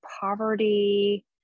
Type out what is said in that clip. poverty